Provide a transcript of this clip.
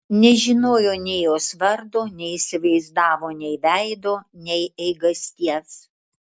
nežinojo nei jos vardo neįsivaizdavo nei veido nei eigasties